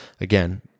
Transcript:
again